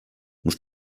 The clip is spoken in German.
muss